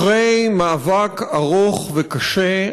אחרי מאבק ארוך וקשה,